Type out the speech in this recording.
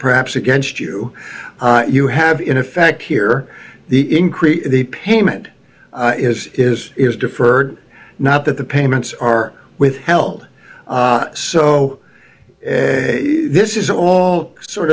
perhaps against you you have in effect here the increase the payment is is is deferred not that the payments are withheld so this is all sort